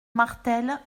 martel